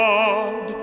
God